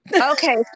okay